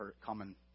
common